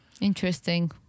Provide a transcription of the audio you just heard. Interesting